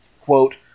quote